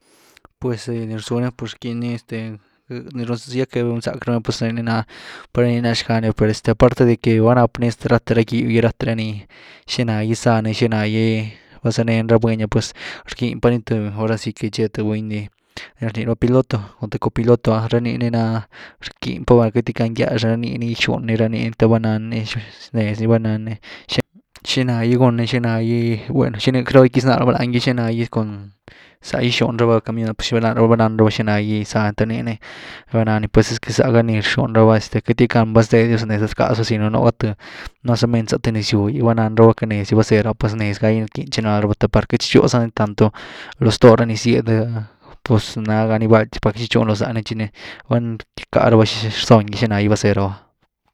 Pues este nii rzuniah rquynni este ya que riwnzack rabani’ah pues nii ni na, pur niini na xgáh ni per este aparte de que vanápni rathe ra gyb ‘gy, ráthe raný, xiná’gy zány, xiná’gy vazanén ra buny’ah pues rckyn pany tëh, ahora si que tché th buny ni rny raba piloto cun th comiloto, ra nii ni na, rquinpa’raba queity-ckan gýax rabii gyxuny rani the bannany xnees ni, vanaany xina gúnny xiná’gy, bueno, xina’gy caloo gyckyznaa raba lán’gy, xiná gy, zá gyxun raba camión, pues vá nan raba xiná’gy záan, the niiny vanáany, pues es que zá ga ny rxun raba este queity-ckan vázeedis’ny laty rckazrababanuu sino nu gah th mas omen za th nez-gýw’gy, vá nan rabá ckaneez’gy vázeeraba pues nes gá’gy ni rcquinytchinald raba te par queity tchi tchú zani tanto lo ztoo ra ni zyed, pues ná ga ni guen te par queity tchichun lo zani tchi ni va rckaa raba rzón xinágy vazee raba.